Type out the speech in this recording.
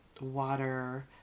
water